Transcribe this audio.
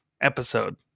episode